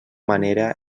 manera